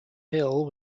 hill